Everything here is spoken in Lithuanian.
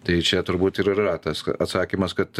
tai čia turbūt ir yra tas atsakymas kad